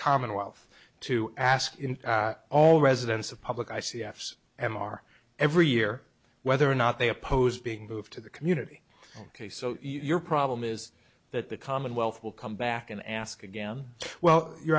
commonwealth to ask all residents of public i c s m r every year whether or not they oppose being moved to the community ok so your problem is that the commonwealth will come back and ask again well you